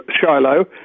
Shiloh